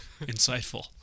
Insightful